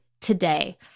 today